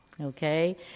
Okay